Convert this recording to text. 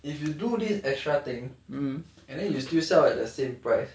if you do this extra thing and then you still sell at the same price